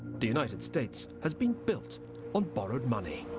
the united states has been built on borrowed money.